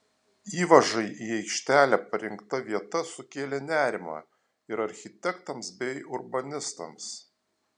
įvažai į aikštelę parinkta vieta sukėlė nerimą ir architektams bei urbanistams